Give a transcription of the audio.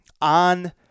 on